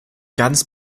ganz